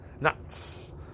Nuts